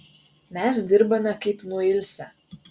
mes dirbame kaip nuilsę